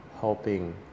helping